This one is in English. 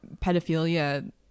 pedophilia